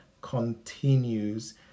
continues